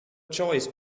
choice